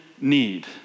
need